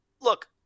look